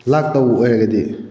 ꯂꯥꯛꯇꯧꯕ ꯑꯣꯏꯔꯒꯗꯤ